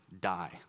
die